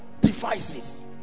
devices